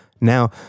Now